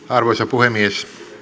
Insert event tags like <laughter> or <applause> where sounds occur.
<unintelligible> arvoisa puhemies